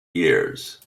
years